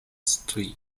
strio